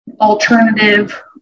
alternative